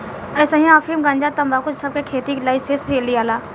अइसने अफीम, गंजा, तंबाकू सब के खेती के लाइसेंस लियाला